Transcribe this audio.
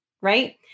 right